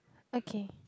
okay